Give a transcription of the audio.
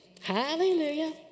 Hallelujah